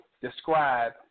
describe